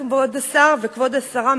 כבוד השר וכבוד השרה,